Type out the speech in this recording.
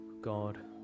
God